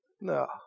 No